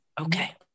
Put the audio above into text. Okay